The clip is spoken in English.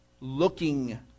looking